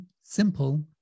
simple